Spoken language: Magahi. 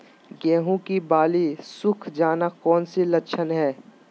गेंहू की बाली सुख जाना कौन सी लक्षण है?